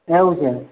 એવું છે